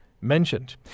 mentioned